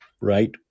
right